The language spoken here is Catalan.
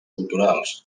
culturals